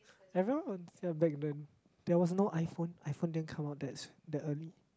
everyone w~ ya back then there was no iPhone iPhone didn't come out that s~ that early